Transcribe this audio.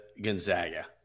Gonzaga